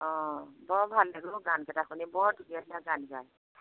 অঁ বৰ ভাল লাগে অ' গানকেইটা শুনি বৰ ধুনীয়া ধুনীয়া গান গায়